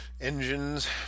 engines